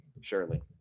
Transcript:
Surely